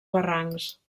barrancs